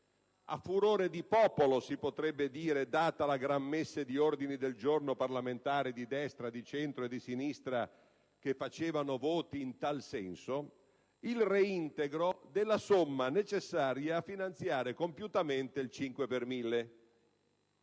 a furor di popolo, si potrebbe dire, data la gran messe di ordini del giorno parlamentari di destra, di centro e di sinistra che facevano voti in tal senso, il reintegro della somma necessaria a finanziare compiutamente il 5 per mille.